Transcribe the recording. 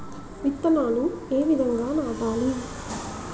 విత్తనాలు ఏ విధంగా నాటాలి?